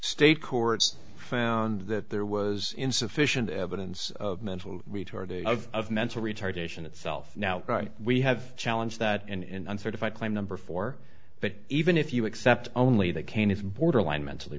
state courts found that there was insufficient evidence of mental retardation of mental retardation itself now right we have challenge that in uncertified claim number four but even if you accept only that cain is borderline mentally